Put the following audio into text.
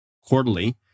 quarterly